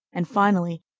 and, finally,